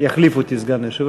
סגן שר